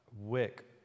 wick